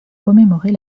commémorer